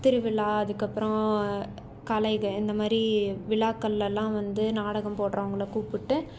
திருவிழா அதுக்கு அப்புறம் கலை இந்த மாதிரி விழாக்களெல்லாம் வந்து நாடகம் போடுறவங்கள கூப்பிட்டு